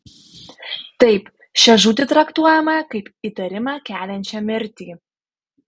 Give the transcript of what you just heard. taip šią žūtį traktuojame kaip įtarimą keliančią mirtį